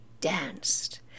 danced